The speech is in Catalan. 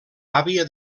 àvia